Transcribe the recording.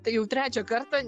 tai jau trečią kartą